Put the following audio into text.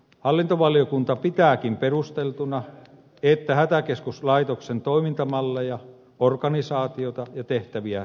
hallintovaliokunta pitääkin perusteltuna että hätäkeskuslaitoksen toimintamalleja organisaatiota ja tehtäviä selkeytetään